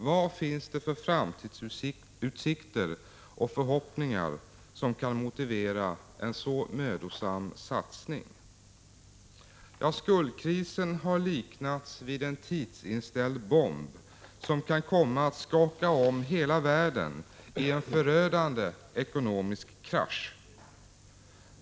Vad finns det för framtidsutsikter och förhoppningar som kan motivera en så mödosam satsning?” Skuldkrisen har liknats vid en tidsinställd bomb som kan komma att skaka om hela världen i en förödande ekonomisk krasch.